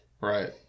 Right